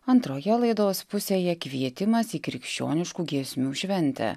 antroje laidos pusėje kvietimas į krikščioniškų giesmių šventę